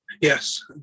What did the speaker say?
Yes